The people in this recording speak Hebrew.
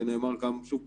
זה נאמר שוב,